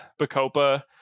bacopa